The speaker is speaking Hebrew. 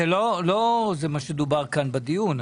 זה לא מה שדובר כאן בדיון.